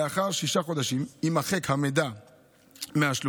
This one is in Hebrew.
לאחר שישה חודשים יימחק המידע מהשלוחות.